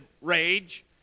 rage